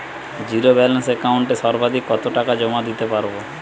Zero balance একাউন্টে সর্বাধিক কত টাকা জমা দিতে পারব?